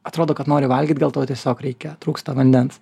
atrodo kad nori valgyt gal tau tiesiog reikia trūksta vandens